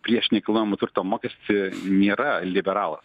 prieš nekilnojamo turto mokestį nėra liberalas